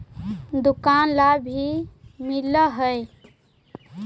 दुकान ला भी मिलहै?